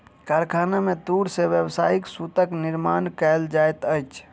कारखाना में तूर से व्यावसायिक सूतक निर्माण कयल जाइत अछि